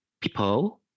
people